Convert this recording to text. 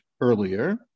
earlier